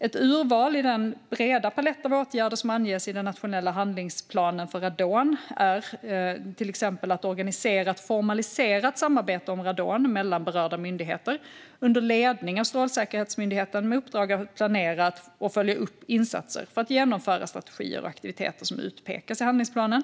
Ett urval i den breda palett av åtgärder som anges i den nationella handlingsplanen för radon är till exempel att organisera ett formaliserat samarbete om radon mellan berörda myndigheter under ledning av Strålsäkerhetsmyndigheten med uppdrag att planera och följa upp insatser för att genomföra de strategier och aktiviteter som utpekas i handlingsplanen.